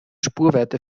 spurweite